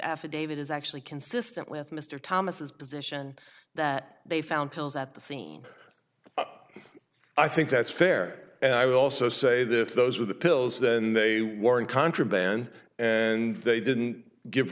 affidavit is actually consistent with mr thomas its position that they found pills at the scene i think that's fair and i would also say that if those were the pills then they weren't contraband and they didn't give